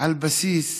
על בסיס